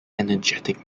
energetic